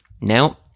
now